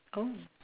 oh